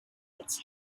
its